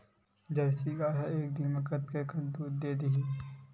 Jersey गाय ह एक दिन म कतेकन दूध देत होही?